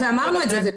ואמרנו את זה,